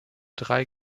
drei